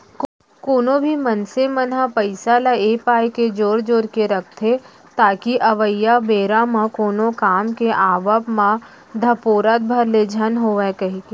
कोनो भी मनसे मन ह पइसा ल ए पाय के जोर जोर के रखथे ताकि अवइया बेरा म कोनो काम के आवब म धपोरत भर ले झन होवन कहिके